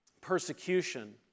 persecution